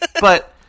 But-